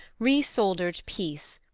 resoldered peace,